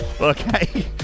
Okay